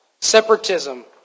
separatism